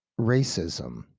racism